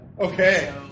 Okay